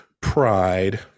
pride